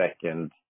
second